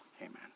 amen